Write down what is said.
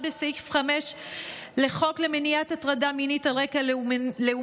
בסעיף 5 לחוק למניעת הטרדה מינית על רקע לאומני,